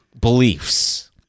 beliefs